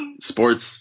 sports